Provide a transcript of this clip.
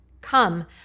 Come